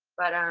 but